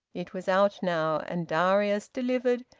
it was out now, and darius, delivered,